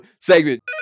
segment